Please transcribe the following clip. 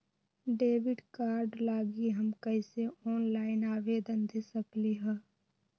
Debit card लागी हम कईसे ऑनलाइन आवेदन दे सकलि ह?